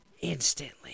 instantly